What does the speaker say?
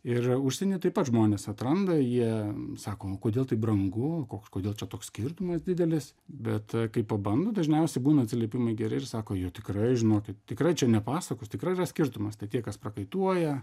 ir užsienyje taip pat žmonės atranda jie sako o kodėl taip brangu ko kodėl čia toks skirtumas didelis bet kai pabando dažniausiai būna atsiliepimai geri ir sako jo tikrai žinokit tikrai čia ne pasakos tikrai yra skirtumas tad tie kas prakaituoja